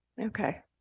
Okay